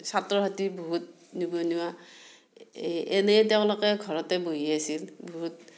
ছাত্ৰ ছাত্ৰী বহুত নিবনুৱা এনেই তেওঁলোকে ঘৰতে বহি আছিল বহুত